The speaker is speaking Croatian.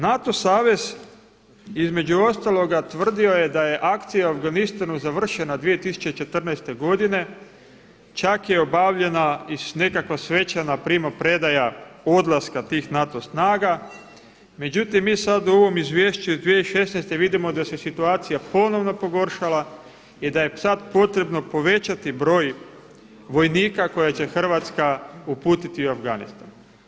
NATO savez između ostaloga tvrdio je da je akcija u Afganistanu završne 2014. godine, čak je obavljena i nekakva svečana primopredaja odlaska tih NATO snaga, međutim mi sad u ovom izvješću iz 2016. vidimo da se situacija ponovno pogoršala i da je sad potrebno povećati broj vojnika koje će Hrvatska uputiti u Afganistan.